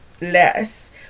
less